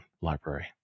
library